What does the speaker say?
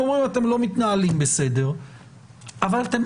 אתם אומרים לו שהוא לא מתנהל בסדר אבל אתם